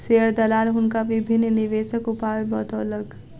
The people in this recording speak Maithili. शेयर दलाल हुनका विभिन्न निवेशक उपाय बतौलक